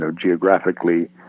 geographically